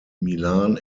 milan